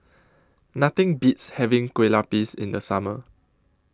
Nothing Beats having Kueh Lapis in The Summer